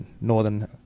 Northern